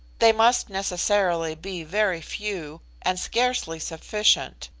they must necessarily be very few, and scarcely sufficient,